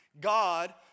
God